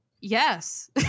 Yes